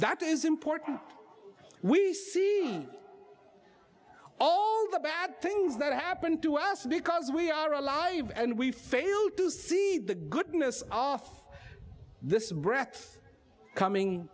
that is important we see all the bad things that happen to us because we are alive and we fail to see the goodness of this breath coming